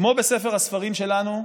כמו בספר הספרים שלנו,